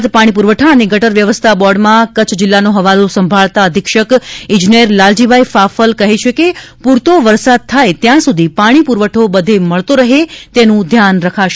ગુજરાત પાણી પુરવઠા અને ગટર વ્યવસ્થા બોર્ડમાં કચ્છ જિલ્લાનો હવાલો સંભાળતા અધિક્ષક ઇજનેર લાલજીભાઇ ફાફલ કહે છે કે પુરતો વરસાદ થાય ત્યાં સુધી પાણી પુરવઠો બધે મળતો રહે તેનું ધ્યાન રખાશે